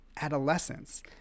adolescence